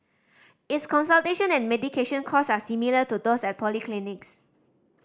its consultation and medication cost are similar to those at polyclinics